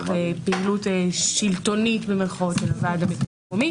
פעילות שלטונית במירכאות של הוועד המקומי.